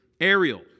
Ariel